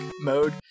mode